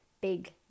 big